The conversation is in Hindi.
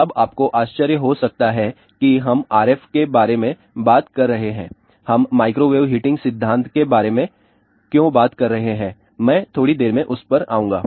अब आपको आश्चर्य हो सकता है कि हम RF के बारे में बात कर रहे हैं हम माइक्रोवेव हीटिंग सिद्धांत के बारे में क्यों बात कर रहे हैं मैं थोड़ी देर में उस पर आऊंगा